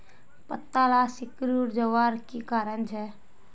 पत्ताला सिकुरे जवार की कारण छे?